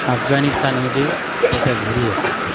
अफगाणिस्तानमध्ये त्याच्या घरी येतात